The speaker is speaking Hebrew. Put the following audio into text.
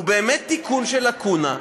הוא באמת תיקון של לקונה,